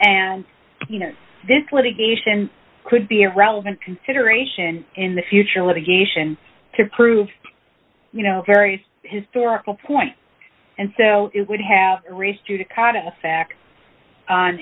and you know this litigation could be a relevant consideration in the future litigation to prove you know kerry's historical point and so it would have